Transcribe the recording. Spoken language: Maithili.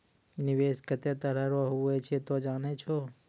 निवेश केतै तरह रो हुवै छै तोय जानै छौ